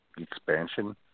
expansion